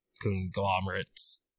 conglomerates